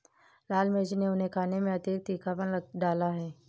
लाल मिर्च ने उनके खाने में अतिरिक्त तीखापन डाला है